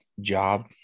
job